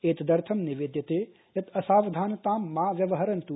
एतदर्थनिवेद्यतेयत्असावधानतांमाव्यवहरन्तु